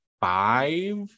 five